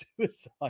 suicide